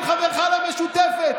עם חבריך למשותפת,